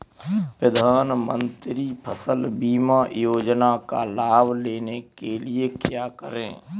प्रधानमंत्री फसल बीमा योजना का लाभ लेने के लिए क्या करें?